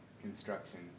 construction